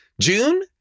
June